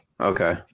Okay